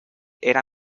era